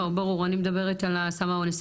לא, ברור, אני מדברת על סם האונס.